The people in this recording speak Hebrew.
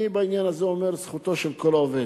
בעניין הזה אני אומר: זכותו של כל עובד,